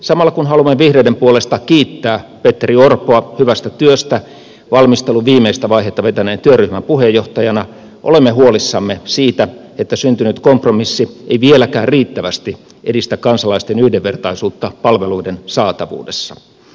samalla kun haluamme vihreiden puolesta kiittää petteri orpoa hyvästä työstä valmistelun viimeistä vaihetta vetäneen työryhmän puheenjohtajana olemme huolissamme siitä että syntynyt kompromissi ei vieläkään riittävästi edistä kansalaisten yhdenvertaisuutta palveluiden saatavuudessa